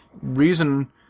reason